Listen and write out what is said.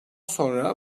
sonra